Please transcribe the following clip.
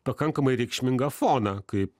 pakankamai reikšmingą foną kaip